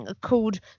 called